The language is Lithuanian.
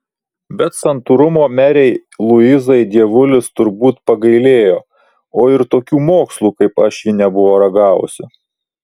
bet santūrumo merei luizai dievulis turbūt pagailėjo o ir tokių mokslų kaip aš ji nebuvo ragavusi